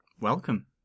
Welcome